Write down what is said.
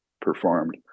performed